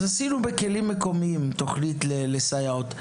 לכן עשינו תוכנית לסייעות בכלים מקומיים.